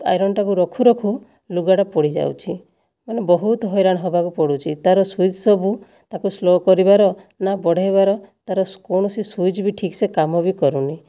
ଆଇରନଟାକୁ ରଖୁ ରଖୁ ଲୁଗାଟା ପୋଡ଼ି ଯାଉଛି ମାନେ ବହୁତ ହଇରାଣ ହେବାକୁ ପଡ଼ୁଛି ତା'ର ସୁଇଚ ସବୁ ତାକୁ ସ୍ଳୋ କରିବାର ନା ବଢ଼େଇବାର ତା'ର କୌଣସି ସୁଇଚ ବି ଠିକସେ କାମ ବି କରୁନାହିଁ